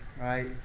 right